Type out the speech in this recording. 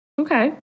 Okay